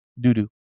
doo-doo